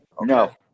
No